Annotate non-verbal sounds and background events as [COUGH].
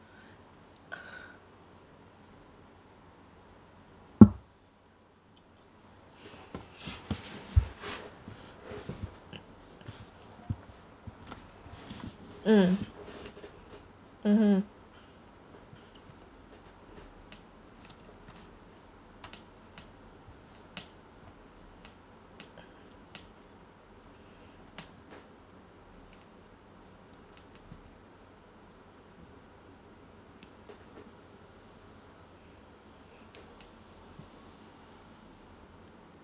[BREATH] mm mmhmm